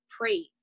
praise